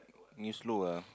you slow lah